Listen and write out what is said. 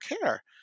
care